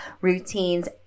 routines